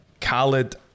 Khaled